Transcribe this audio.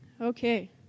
Okay